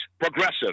progressive